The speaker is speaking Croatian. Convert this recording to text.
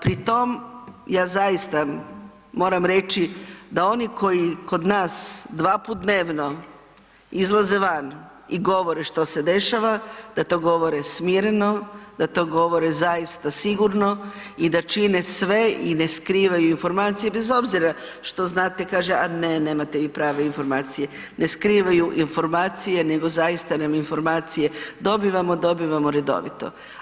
Pritom ja zaista moram reći da oni koji kod nas 2 puta dnevno izlaze van i govore što se dešava da to govore smireno, da to govore zaista sigurno i da čine sve i ne skrivaju informacije bez obzira što znate kaže – a ne, ne nemate vi prave informacije – ne skrivaju informacije, nego zaista mi informacije dobivamo, dobivamo redovito.